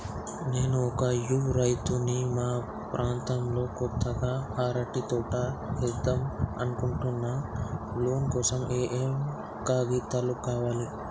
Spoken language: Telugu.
నేను ఒక యువ రైతుని మా ప్రాంతంలో కొత్తగా అరటి తోట ఏద్దం అనుకుంటున్నా లోన్ కోసం ఏం ఏం కాగితాలు కావాలే?